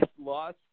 lost